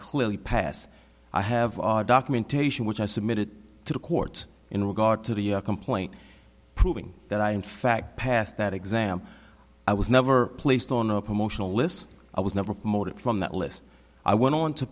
clearly passed i have documentation which i submitted to the court in regard to the complaint proving that i in fact passed that exam i was never placed on a promotional list i was never promoted from that list i went on to